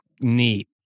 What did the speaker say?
neat